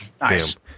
Nice